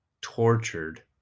tortured